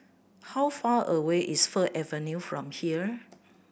how far away is Fir Avenue from here